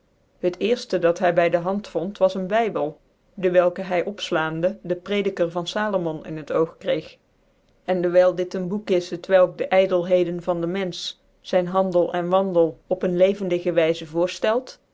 het cerfte dat hy by dc hand vond was een bybcl dewelke hy opflaandc dc prediker van falornon in het oog kreeg en dcwyl dit een bock is t welk dc ydclhcdcn van den menfch zyn handelen wandel op een levendige wyzc voorfield